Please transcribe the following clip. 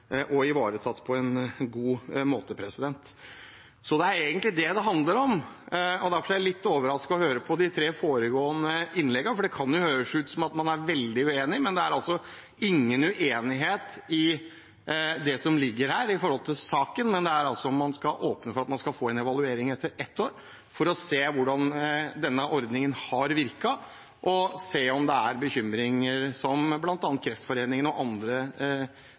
og ivaretatt på en god måte. Så det er egentlig det det handler om. Derfor var jeg litt overrasket over å høre på de tre foregående innleggene, for det kan høres ut som man er veldig uenig, men det er ingen uenighet i det som ligger her når det gjelder saken. Uenigheten handler om hvorvidt man skal åpne for at man skal få en evaluering etter ett år for å se hvordan denne ordningen har virket, og se på bekymringer som bl.a. Kreftforeningen og andre